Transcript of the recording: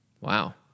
wow